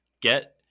get